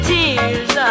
Tears